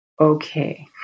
Okay